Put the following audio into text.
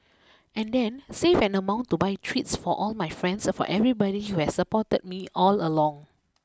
and then save an amount to buy treats for all my friends for everybody who has supported me all along